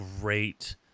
great